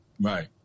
Right